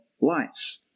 life